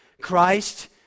Christ